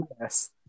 Yes